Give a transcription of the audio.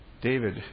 David